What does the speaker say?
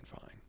fine